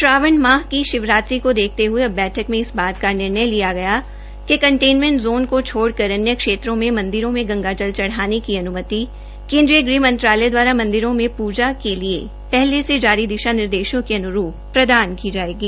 श्रावण माह की शिवरात्रि को देखते हए अब बैठक में इस बात का निर्णय लिया गया कि कंटेनमेंट जोन को छोडक़र अन्य क्षेत्रों में मंदिरों में गंगाजल चढ़ाने की अनुमति केन्द्रीय गृह मंत्रालय द्वारा मंदिरों में पूजा के लिए पहले से जारी दिशा निर्देशों के अन्रूप प्रदान की जाएगी